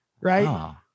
right